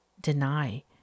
deny